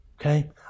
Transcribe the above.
Okay